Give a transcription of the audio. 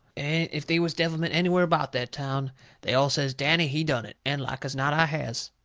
and if they was devilment anywhere about that town they all says, danny, he done it. and like as not i has.